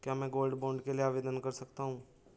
क्या मैं gold bond के लिए आवेदन कर सकता हूं?